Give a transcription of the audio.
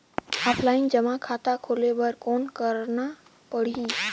Offline जमा खाता खोले बर कौन करना पड़ही?